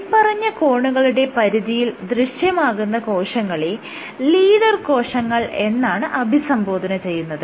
മേല്പറഞ്ഞ കോണുകളുടെ പരിധിയിൽ ദൃശ്യമാകുന്ന കോശങ്ങളെ ലീഡർ കോശങ്ങൾ എന്നാണ് അഭിസംബോധന ചെയ്യുന്നത്